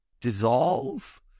dissolve